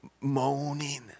moaning